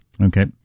Okay